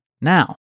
Now